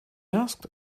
asked